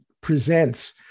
presents